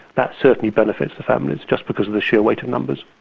that certainly benefits the families just because of the sheer weight of numbers.